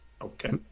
Okay